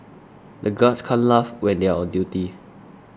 the guards can't laugh when they are on duty